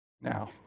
Now